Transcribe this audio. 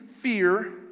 fear